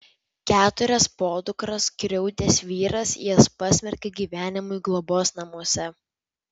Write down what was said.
keturias podukras skriaudęs vyras jas pasmerkė gyvenimui globos namuose